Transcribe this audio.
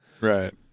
Right